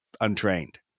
untrained